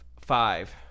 five